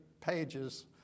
pages